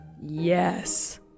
Yes